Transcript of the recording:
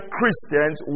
Christians